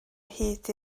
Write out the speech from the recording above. hyd